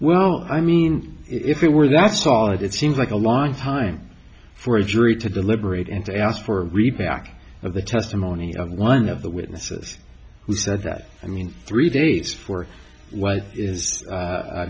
well i mean if there were that's all it seems like a long time for a jury to deliberate and to ask for repacking of the testimony of one of the witnesses who said that i mean three days for what is